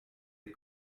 des